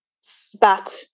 spat